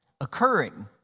occurring